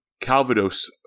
Calvados